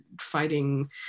fighting